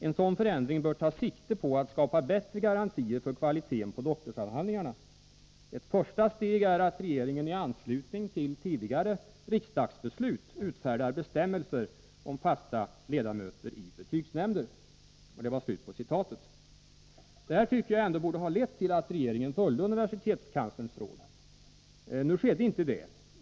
En sådan förändring bör ta sikte på att skapa bättre garantier för kvaliteten på doktorsavhandlingarna. Ett första steg är att regeringen i anslutning till tidigare riksdagsbeslut utfärdar bestämmelser om fasta ledamöter i betygsnämnder.” Det här tycker jag ändå borde ha lett till att regeringen följde universitetskanslerns råd. Nu skedde inte det.